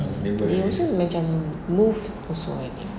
mm dia also macam moved also I think